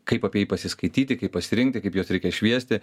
kaip apie jį pasiskaityti kaip pasirinkti kaip juos reikia šviesti